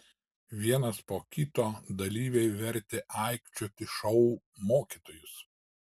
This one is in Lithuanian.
vienas po kito dalyviai vertė aikčioti šou mokytojus